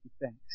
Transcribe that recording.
thanks